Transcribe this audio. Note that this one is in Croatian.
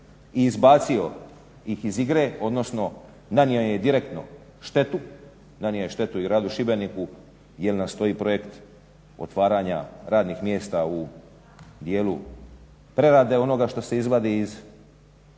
i izbacio ih iz igre, odnosno nanio im je direktno štetu, nanio je štetu i gradu Šibeniku jer nam stoji projekt otvaranja radnih mjesta u dijelu prerade onoga što se izvadi iz